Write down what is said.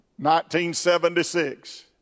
1976